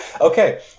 okay